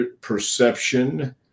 perception